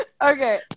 Okay